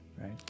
right